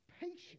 patience